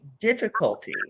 difficulty